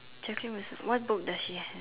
checking myself what book does he have